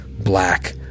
black